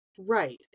Right